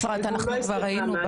לפי דעתי אני הסברתי את זה.